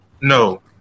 no